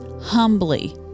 humbly